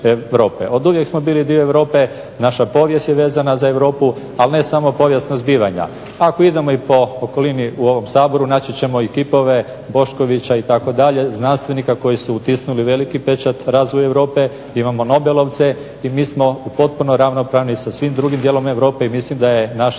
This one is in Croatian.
Oduvijek smo bili dio Europe, naša povijest je vezana za Europu, ali ne samo povijesna zbivanja. Ako idemo i po okolini u ovom Saboru naći ćemo i kipove Boškovića itd. znanstvenika koji su utisnuli veliki pečat razvoju Europe. Imamo nobelovce i mi smo potpuno ravnopravni sa svim drugim dijelom Europe i mislim da je naše